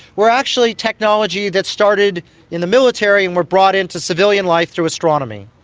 were actually technology that started in the military and were brought into civilian life through astronomy.